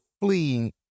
fleeing